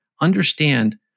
Understand